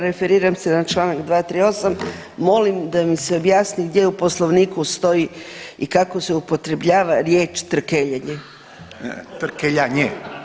Referiram se na Članak 238., molim da mi se objasni gdje u Poslovniku stoji i kako se upotrebljava riječ trkeljanje